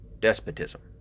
despotism